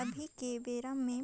अभी के बेरा मे